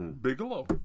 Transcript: Bigelow